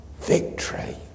victory